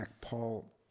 Paul